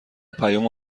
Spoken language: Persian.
پیامو